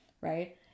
Right